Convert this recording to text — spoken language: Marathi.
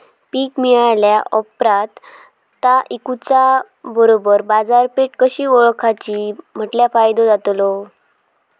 पीक मिळाल्या ऑप्रात ता इकुच्या बरोबर बाजारपेठ कशी ओळखाची म्हटल्या फायदो जातलो?